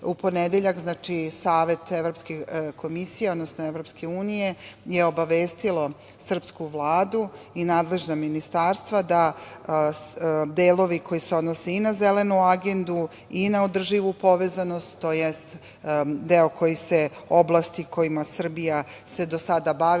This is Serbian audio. u ponedeljak, znači, savet evropskih komisija, odnosno Evropske unije je obavestio srpsku Vladu i nadležna ministarstva da delovi koji se odnose i na „Zelenu agendu“ i na održivu povezanost, tj. oblasti kojima se Srbija do sada bavila